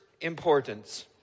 importance